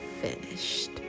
finished